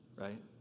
right